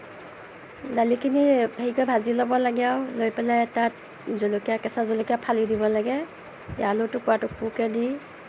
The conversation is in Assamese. দালিখিনি হেৰি কৰি ভাজি ল'ব লাগে আৰু লৈ পেলাই তাত জলকীয়া কেঁচা জলকীয়া ফালি দিব লাগে আলু টুকুৰা টুকুৰকে দি